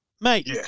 Mate